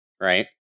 right